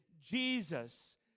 Jesus